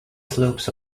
slopes